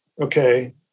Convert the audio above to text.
okay